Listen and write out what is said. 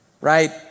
right